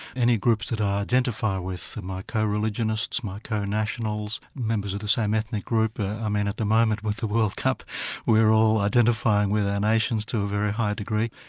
any groups that i identify with my co-religionists, my co-nationals, members of the same ethnic group, i mean at the moment with the world cup we're all identifying with our nations to a very high degree.